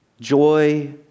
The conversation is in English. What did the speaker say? Joy